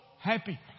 happy